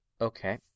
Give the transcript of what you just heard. Okay